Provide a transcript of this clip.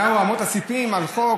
נעו אמות הסיפים על חוק